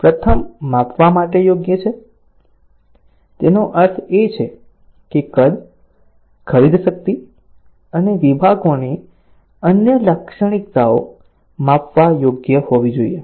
પ્રથમ માપવા યોગ્ય છે તેનો અર્થ એ છે કે કદ ખરીદ શક્તિ અને વિભાગોની અન્ય લાક્ષણિકતાઓ માપવા યોગ્ય હોવી જોઈએ